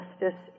justice